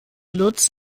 lutz